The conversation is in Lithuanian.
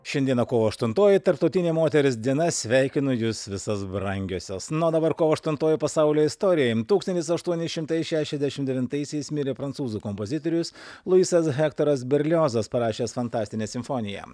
šiandieną kovo aštuntoji tarptautinė moters diena sveikinu jus visas brangiosios na o dabar kovo aštuntoji pasaulio istorijoj tūkstantis aštuoni šimtai šešiasdešimt devintaisiais mirė prancūzų kompozitorius luisas hektoras berliozas parašęs fantastinę simfoniją